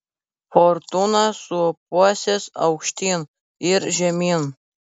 fortūna sūpuosis aukštyn ir žemyn